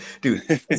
dude